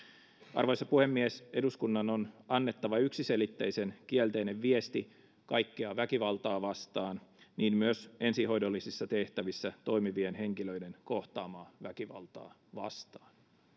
arvoisa puhemies eduskunnan on annettava yksiselitteisen kielteinen viesti kaikkea väkivaltaa vastaan niin myös ensihoidollisissa tehtävissä toimivien henkilöiden kohtaamaa väkivaltaa vastaan